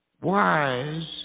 wise